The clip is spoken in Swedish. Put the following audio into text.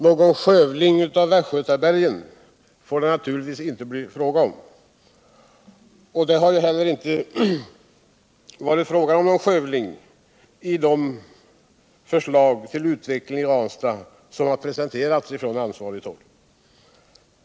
Någon ”skövling” av västgötabergen får det naturligtvis inte bli fråga om: någon sådan ”skövling” är heller inte aktuell i det förslag till utveckling av Ranstadprojektet som presenteras från ansvarigt håll.